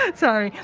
ah sorry.